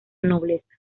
nobleza